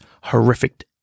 horrific